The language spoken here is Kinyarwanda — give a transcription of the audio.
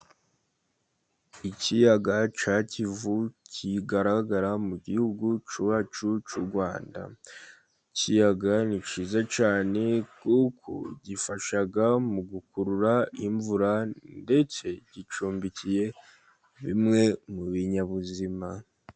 Ikiyaga cya kivu kigaragara mu gihugu cyacu cy'u Rwanda. Ikiyaga ni cyiza cyane kuko gifasha mu gukurura imvura ndetse gicumbikiye bimwe mu binyabuzima.